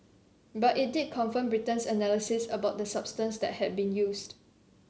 but it did confirm Britain's analysis about the substance that had been used